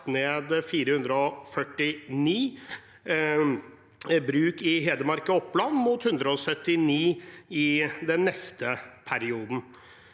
ned 449 bruk i Hedmark og Oppland, mot 179 i den neste perioden.